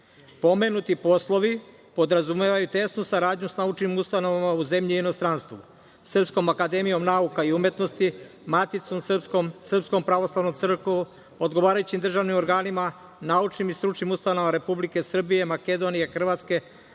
naroda. Pomenuti poslovi podrazumevaju tesnu saradnju sa naučnim ustanovama u zemlji i inostranstvu, Srpskom akademijom nauka i umetnosti, Maticom srpskom, Srpskom pravoslavnom crkvom, odgovarajućim državnim organima, naučnim i stručnim ustanovama Republike Srbije, Makedonije, Hrvatske,